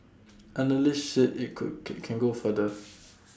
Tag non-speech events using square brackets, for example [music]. analysts say IT could can can go further [noise]